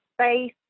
space